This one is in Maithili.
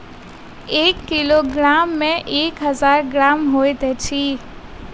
एक किलोग्राम मे एक हजार ग्राम होइत अछि